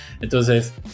Entonces